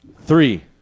Three